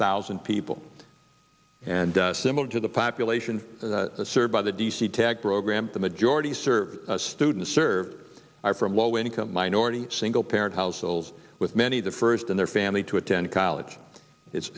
thousand people and similar to the population served by the d c tech program the majority survey students are from low income minority single parent households with many of the first in their family to attend college it's